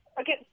Okay